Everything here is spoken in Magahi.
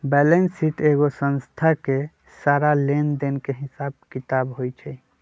बैलेंस शीट एगो संस्था के सारा लेन देन के हिसाब किताब होई छई